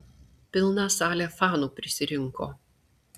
pilna salė fanų prisirinko